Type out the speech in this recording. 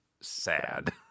sad